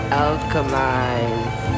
alchemize